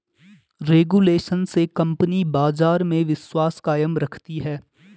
regulation से company बाजार में विश्वास कायम रखती है